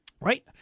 Right